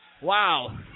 Wow